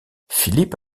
philippe